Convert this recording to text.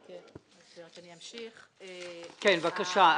נמשיך, בבקשה.